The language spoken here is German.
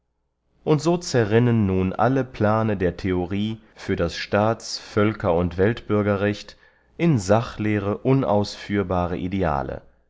und so zerrinnen nun alle plane der theorie für das staats völker und weltbürgerrecht in sachleere unausführbare ideale